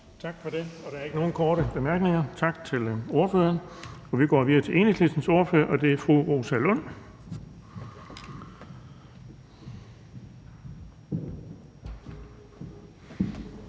Tak for det. Der er ikke nogen korte bemærkninger. Tak til ordføreren, og vi går videre til Nye Borgerliges ordfører, og det er fru Mette